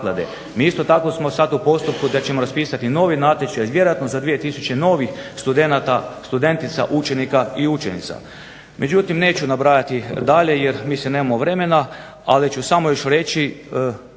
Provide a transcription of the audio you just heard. Mi isto tako smo sad u postupku da ćemo raspisati novi natječaj, vjerojatno za 2 tisuće novih studenata, studentica, učenika i učenica. Međutim neću nabrajati dalje, jer mislim nemamo vremena, ali ću samo još reći,